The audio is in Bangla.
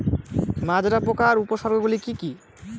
মাজরা পোকার উপসর্গগুলি কি কি?